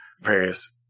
various